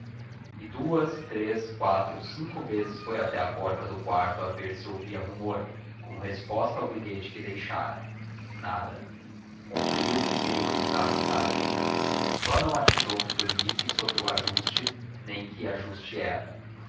e duas três quatro cinco vezes foi até à porta do quarto a ver se ouvia rumor como resposta ao bilhete que deixara nada concluiu que teriam entrado tarde só não atinou que dormissem sobre o ajuste nem que ajuste era